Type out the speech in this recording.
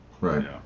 right